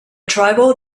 tribal